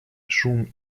шум